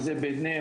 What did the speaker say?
ובין היתר,